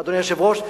אדוני היושב-ראש?